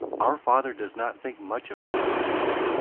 our father does not think much of books and music.